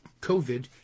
covid